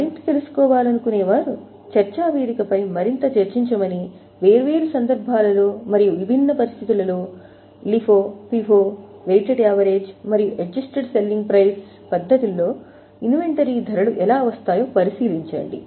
మరింత తెలుసుకోవాలనుకునే వారు చర్చా వేదికపై మరింత చర్చించమని వేర్వేరు సందర్భాల లో మరియు విభిన్న పరిస్థితులలో LIFO FIFO వెయిటెడ్ యావరేజ్ పద్ధతిలో ఇన్వెంటరీ ధరలు ఎలా వస్తాయో పరిశీలించండి